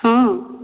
ହଁ